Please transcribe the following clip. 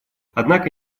однако